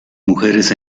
mujeres